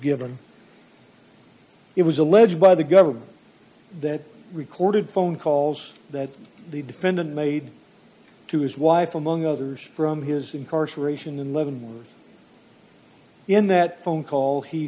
given it was alleged by the government that recorded phone calls that the defendant made to his wife among others from his incarceration and loving in that phone call he